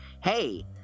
hey